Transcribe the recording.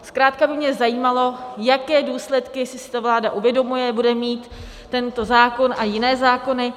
Zkrátka by mě zajímalo, jaké důsledky, jestli si to vláda uvědomuje, bude mít tento zákon a jiné zákony.